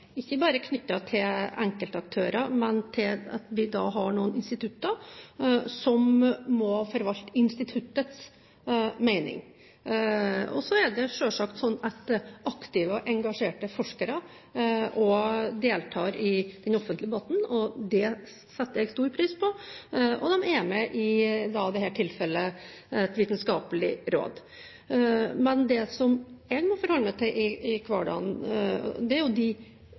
ikke bare knyttet til enkeltaktører, men til at vi har noen institutter som må forvalte instituttets mening. Så er det selvsagt slik at aktive og engasjerte forskere også deltar i den offentlige debatten, og det setter jeg stor pris på. De er i dette tilfellet med i et vitenskapelig råd. Men det jeg må forholde meg til i hverdagen, er jo